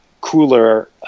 cooler